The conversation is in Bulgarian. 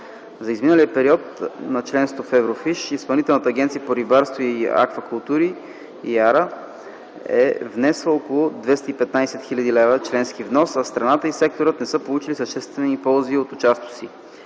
За изминалия период на членство в Еврофиш Изпълнителната агенция по рибарство и аквакултури (ИАРА) е внесла около 215 000 лв. членски внос, а страната и секторът не са получили съществени ползи от участието си.